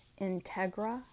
integra